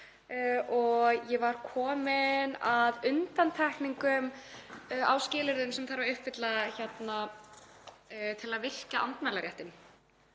Ég var komin að undantekningum á skilyrðum sem þarf að uppfylla til að virkja andmælaréttinn